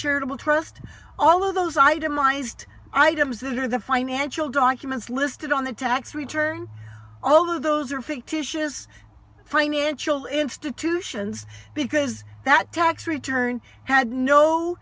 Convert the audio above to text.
charitable trust all of those itemized items that are the financial documents listed on the tax return all of those are fictitious financial institutions because that tax return had no